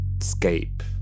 escape